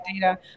data